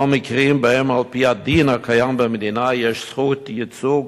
או מקרים שבהם על-פי הדין הקיים במדינה יש זכות ייצוג